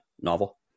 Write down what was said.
novel